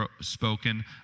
spoken